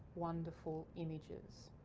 wonderful images.